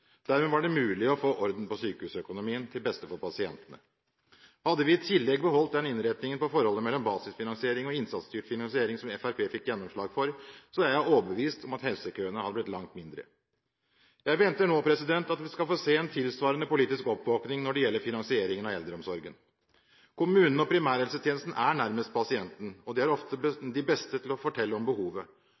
Dermed var det mulig å få orden på sykehusøkonomien, til beste for pasientene. Hadde vi i tillegg beholdt den innretningen på forholdet mellom basisfinansiering og innsatsstyrt finansiering som Fremskrittspartiet fikk gjennomslag for, er jeg overbevist om at helsekøene hadde blitt langt mindre. Jeg venter nå på at vi skal få se en tilsvarende politisk oppvåkning når det gjelder finansieringen av eldreomsorgen. Kommunene og primærhelsetjenesten er nærmest pasienten, og de er ofte de beste til å fortelle om behovet.